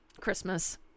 Christmas